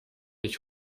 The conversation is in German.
nicht